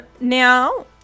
Now